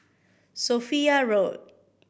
Sophia Road